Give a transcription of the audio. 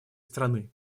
страны